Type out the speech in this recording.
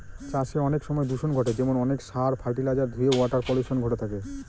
চাষে অনেক সময় দূষন ঘটে যেমন অনেক সার, ফার্টিলাইজার ধূয়ে ওয়াটার পলিউশন ঘটে থাকে